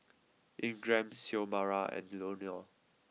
Ingram Xiomara and Leonor